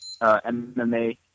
MMA